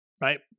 right